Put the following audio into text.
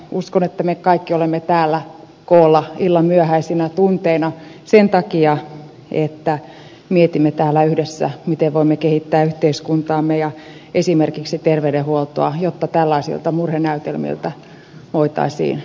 uskon että me kaikki olemme täällä koolla illan myöhäisinä tunteina sen takia että mietimme täällä yhdessä miten voimme kehittää yhteiskuntaamme ja esimerkiksi terveydenhuoltoa jotta tällaisilta murhenäytelmiltä voitaisiin välttyä